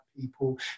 people